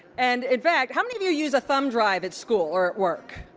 and in fact, how many of you use a thumb drive at school or at work?